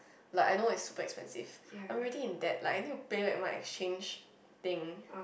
like I know it's super expensive I'm already in debt like I need to pay back my exchange thing